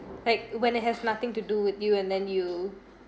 like when it has nothing to do with you and then you